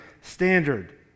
standard